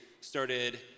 started